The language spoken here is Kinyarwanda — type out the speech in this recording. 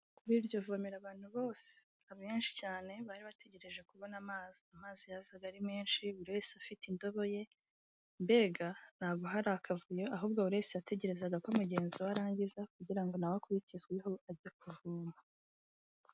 Kuri iryo vomera abantu abenshi cyane bari bategereje kubona amazi, amazi yazaga ari menshi buri wese afite indobo ye, mbega ntabwo hari akavuyo ahubwo buri wese yategega ko umugenzi we arangiza kugira ngo nawe akurikizweho aze kuvoma.